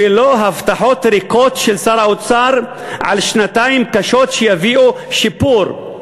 ולא הבטחות ריקות של שר האוצר על שנתיים קשות שיביאו שיפור.